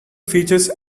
features